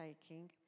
taking